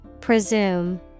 Presume